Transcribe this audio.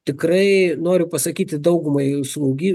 tikrai noriu pasakyti daugumai jūsų ūgį